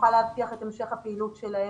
שתוכל להבטיח את המשך הפעילות שלהם,